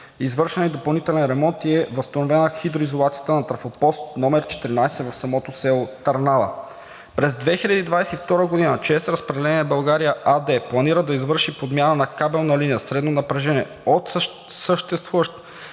Извършен е и допълнителен ремонт и е възстановена хидроизолацията на трафопост № 14 в самото село Търнава. През 2022 г. „ЧЕЗ Разпределение България“ АД планира да извърши подмяна на кабелна линия средно напрежение от съществуващ